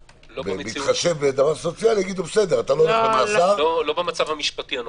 שבהתחשב במצב הסוציאלי --- לא במצב המשפטי הנוכחי.